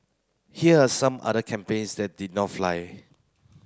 here are some other campaigns that did not fly